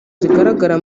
zigaragara